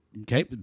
okay